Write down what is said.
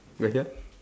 got hear